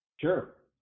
Sure